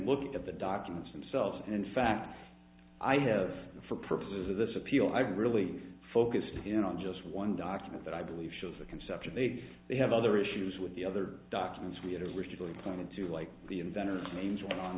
look at the documents themselves and in fact i have for purposes of this appeal i really focused in on just one document that i believe shows the concept of aig they have other issues with the other documents we had originally pointed to like the inventors names on